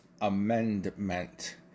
Amendment